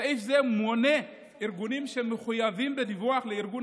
סעיף זה מונה ארגונים שמחויבים בדיווח לארגון